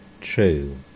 true